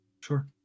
sure